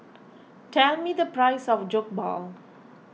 tell me the price of Jokbal